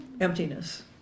emptiness